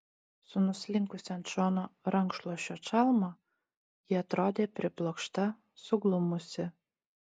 su nuslinkusia ant šono rankšluosčio čalma ji atrodė priblokšta suglumusi